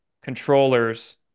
controllers